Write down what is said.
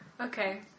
Okay